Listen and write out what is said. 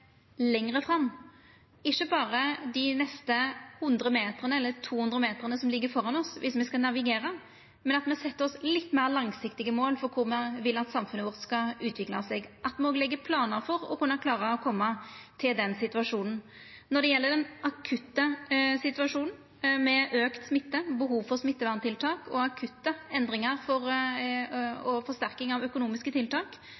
dei neste 100 eller 200 metrane som ligg framfor oss, men at me set oss litt meir langsiktige mål for korleis me vil at samfunnet vårt skal utvikla seg – at me òg legg planar for å kunna klara å koma til den situasjonen. Når det gjeld den akutte situasjonen med auka smitte og behov for smitteverntiltak, akutte endringar og forsterking av økonomiske tiltak, har regjeringa vareteke det og vil fortsetja å følgja situasjonen tett og koma med ytterlegare tiltak